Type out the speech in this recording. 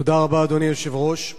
אדוני היושב-ראש,